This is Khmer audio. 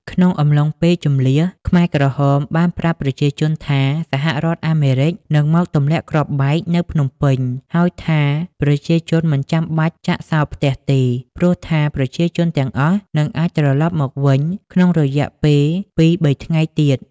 ក្នុងអំឡុងពេលជម្លៀស ខ្មែរក្រហមបានប្រាប់ប្រជាជនថា សហរដ្ឋអាមេរិកនឹងមកទម្លាក់គ្រាប់បែកនៅភ្នំពេញ ហើយថាប្រជាជនមិនចាំបាច់ចាក់សោផ្ទះទេ ព្រោះថាប្រជាជនទាំងអស់នឹងអាចត្រឡប់មកវិញក្នុងរយៈពេល ២-៣ ថ្ងៃទៀត។